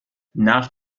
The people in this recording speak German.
nach